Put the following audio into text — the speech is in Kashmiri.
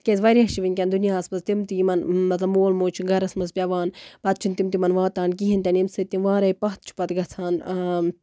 تِکیازِ واریاہ چھِ وٕنکیٚن دُنیاہَس منٛز تِم تہِ یِمن مطلب مول موج چھُ گرَس منٛز پیوان پَتہٕ چھِنہٕ تِم تِمن واتان کِہیٖنۍ تہِ نہٕ ییٚمہِ سۭتۍ تِم وارٕے پَتھ چھ پَتہٕ گژھان